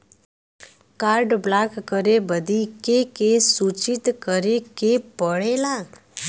Card block करे बदी के के सूचित करें के पड़ेला?